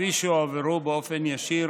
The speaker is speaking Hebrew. כפי שהועברו באופן ישיר